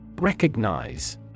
Recognize